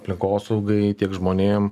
aplinkosaugai tiek žmonėm